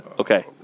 okay